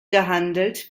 gehandelt